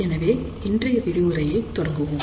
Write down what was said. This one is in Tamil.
எனவே இன்றைய விரிவுரையை தொடங்குவோம்